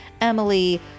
Emily